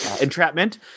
Entrapment